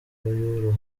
fayulu